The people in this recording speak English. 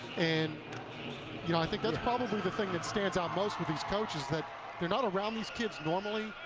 and you know i think that's probably the thing that stands out most to these coaches that you're not around these kids normally,